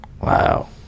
wow